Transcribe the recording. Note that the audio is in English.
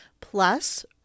plus